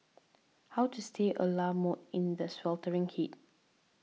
how to stay a la mode in the sweltering heat